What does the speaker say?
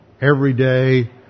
everyday